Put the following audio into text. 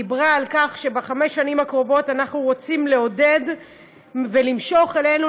דיברה על כך שבחמש השנים הקרובות אנחנו רוצים לעודד ולמשוך אלינו,